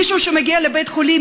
מישהו שמגיע לבית חולים,